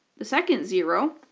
the second zero,